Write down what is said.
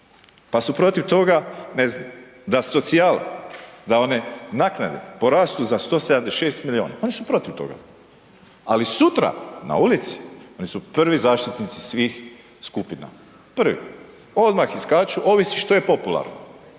pa su protiv toga, ne znam da su socijala da one naknade porastu za 176 milijuna, oni su protiv toga. Ali sutra na ulici oni su prvi zaštitnici svih skupina, prvi odmah iskaču ovisi što je popularno.